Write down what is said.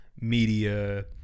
media